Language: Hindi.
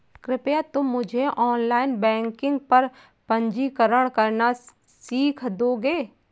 कृपया तुम मुझे ऑनलाइन बैंकिंग पर पंजीकरण करना सीख दोगे?